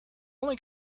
only